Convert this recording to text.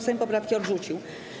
Sejm poprawki odrzucił.